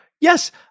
Yes